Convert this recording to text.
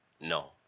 No